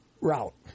route